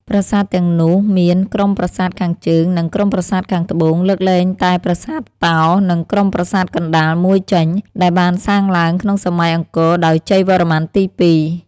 ប្រាសាទទាំងនោះមាន ក្រុមប្រាសាទខាងជើង និង ក្រុមប្រាសាទខាងត្បូង លើកលែងតែប្រាសាទតោ នៃក្រុមប្រាសាទកណ្តាល មួយចេញ ដែលបានសាងឡើង ក្នុងសម័យអង្គរដោយជ័យវរ្ម័នទី២ ។